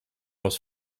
was